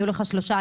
יהיו לך שלושה,